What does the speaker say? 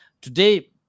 Today